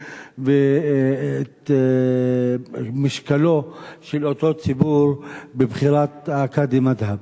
ואת משקלו של אותו ציבור בבחירת הקאדי מד'הב.